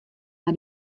mei